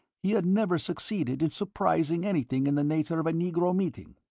he had never succeeded in surprising anything in the nature of a negro meeting.